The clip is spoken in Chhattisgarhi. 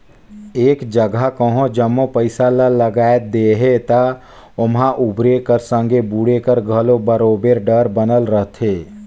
एक जगहा कहों जम्मो पइसा ल लगाए देहे ता ओम्हां उबरे कर संघे बुड़े कर घलो बरोबेर डर बनल रहथे